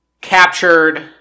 captured